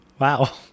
Wow